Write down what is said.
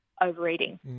overeating